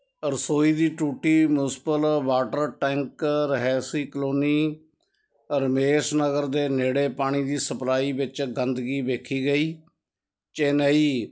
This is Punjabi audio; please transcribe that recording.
ਰਸੋਈ ਦੀ ਟੂਟੀ ਮਿਊਂਸਿਪਲ ਵਾਟਰ ਟੈਂਕ ਰਿਹਾਇਸ਼ੀ ਕਲੋਨੀ ਰਮੇਸ਼ ਨਗਰ ਦੇ ਨੇੜੇ ਪਾਣੀ ਦੀ ਸਪਲਾਈ ਵਿੱਚ ਗੰਦਗੀ ਵੇਖੀ ਗਈ ਚੇਨਈ